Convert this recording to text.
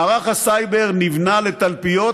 מערך הסייבר נבנה לתלפיות